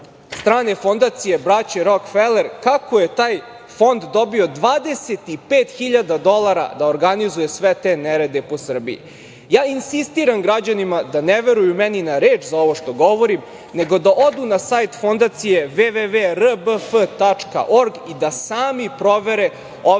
strane fondacije braće Rokfeler kako je taj fond dobio 25.000 dolara da organizuje sve te nerede po Srbije. Insistiram građanima da ne veruju meni na reč za ovo što govorim, nego da odu na sajt fondacije www.rbf. org i da sami provere ove